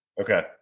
Okay